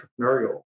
entrepreneurial